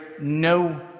no